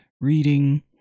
reading